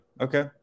okay